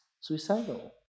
suicidal